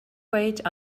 wait